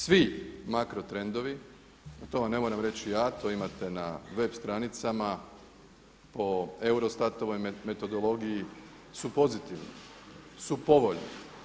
Svi makro trendovi, to vam ne moram reći ja, to imate na web stranicama o EUROSTAT-ovoj metodologiji su pozitivni, su povoljni.